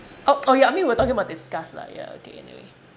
oh oh ya I mean we're talking about disgust lah ya okay anyway